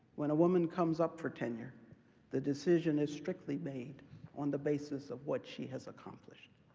when a woman comes up for tenure the decision is strictly made on the basis of what she has accomplished.